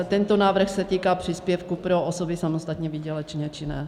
Tento návrh se týká příspěvku pro osoby samostatně výdělečně činné.